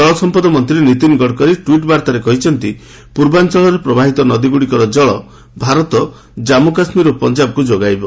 ଜଳସମ୍ପଦ ମନ୍ତ୍ରୀ ନୀତିନ ଗଡକରୀ ଟୁଇଟ୍ ବାର୍ତ୍ତାରେ କହିଛନ୍ତି ପୂର୍ବାଞ୍ଚଳରେ ପ୍ରବାହିତ ନଦୀଗୁଡିକର ଜଳ ଭାରତ ଜାଞ୍ଚୁ କାଶ୍ମୀର ଓ ପଞ୍ଜାବକୁ ଯୋଗାଇବ